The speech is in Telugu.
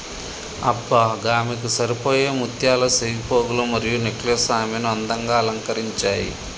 అబ్బ గామెకు సరిపోయే ముత్యాల సెవిపోగులు మరియు నెక్లెస్ ఆమెను అందంగా అలంకరించాయి